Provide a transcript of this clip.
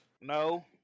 No